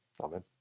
Amen